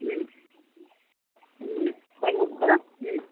മ്മ് മ്മ് ഒരു മുപ്പത് മ്മ്